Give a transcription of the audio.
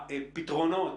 הפתרונות,